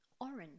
orange